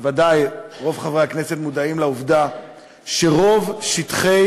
ודאי רוב חברי הכנסת מודעים לעובדה שרוב שטחי